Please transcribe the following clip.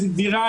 איזה דירה,